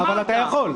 אמרת.